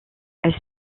elles